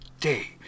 day